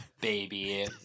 baby